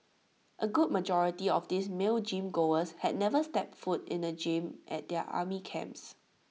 A good majority of these male gym goers had never set foot in the gym at their army camps